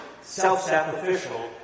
self-sacrificial